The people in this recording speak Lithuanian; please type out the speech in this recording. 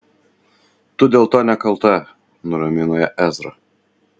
tu dėl to nekalta nuramino ją ezra